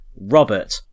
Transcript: Robert